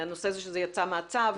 מדברים עליה עכשיו והנושא שזה יצא מהצו.